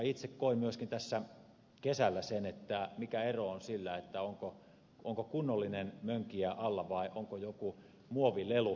itse koin myöskin tässä kesällä sen mikä ero on sillä onko kunnollinen mönkijä alla vai onko joku muovilelu